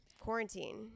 quarantine